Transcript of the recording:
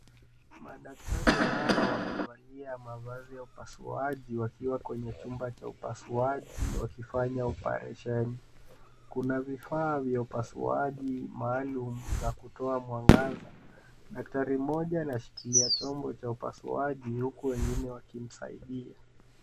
Madaktari hawa wamevalia mavazi ya upasuaji wakiwa kwenye chumba cha upasuaji wakifanya uparesheni. Kuna vifaa vya upasuaji maalum za kutoa mwangaza. Daktari mmoja anashikilia chombo cha upasuaji huku wengine wakimsaidia.